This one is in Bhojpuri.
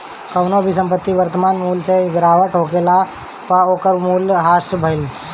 कवनो भी संपत्ति के वर्तमान मूल्य से गिरावट होखला पअ ओकर मूल्य ह्रास भइल